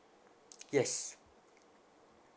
yes